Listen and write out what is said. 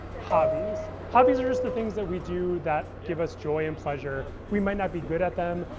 hobbies hobbies are just the things that we do that give us joy and pleasure. we might not be good at them.